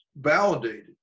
validated